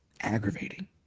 aggravating